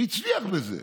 הוא הצליח בזה.